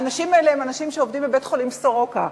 האנשים האלה הם אנשים שעובדים בבית-החולים "סורוקה".